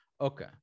Okay